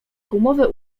gumowe